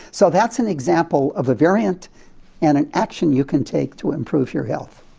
so that's an example of a variant and an action you can take to improve your health.